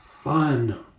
Fun